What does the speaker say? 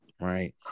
Right